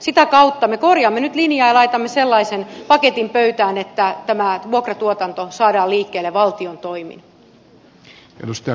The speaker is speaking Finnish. sitä kautta me korjaamme nyt linjaa ja laitamme sellaisen paketin pöytään että vuokratuotanto saadaan liikkeelle valtion toimin